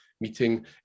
meeting